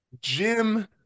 Jim